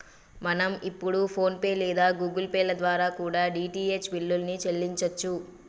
మనం ఇప్పుడు PhonePe లేదా గుగుల్ పే ల ద్వారా కూడా డీ.టీ.హెచ్ బిల్లుల్ని చెల్లించచ్చు